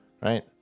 Right